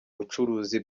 bucuruzi